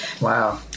wow